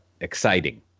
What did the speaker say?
exciting